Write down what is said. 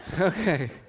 Okay